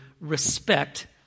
respect